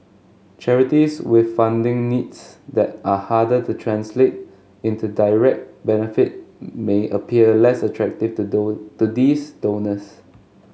charities with funding needs that are harder to translate into direct benefit may appear less attractive to to these donors